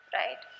right